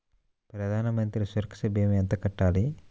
ప్రధాన మంత్రి సురక్ష భీమా ఎంత కట్టాలి?